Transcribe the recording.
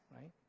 right